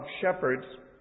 shepherds